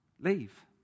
leave